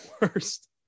worst